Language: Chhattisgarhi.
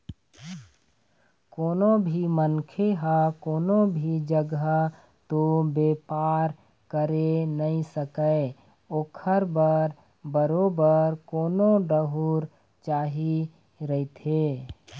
कोनो भी मनखे ह कोनो भी जघा तो बेपार करे नइ सकय ओखर बर बरोबर कोनो ठउर चाही रहिथे